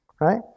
right